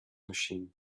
machine